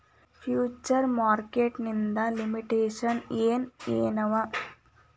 Future market ಇಂದ್ limitations ಏನ್ ಏನವ?